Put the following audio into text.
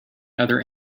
other